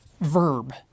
verb